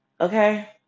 okay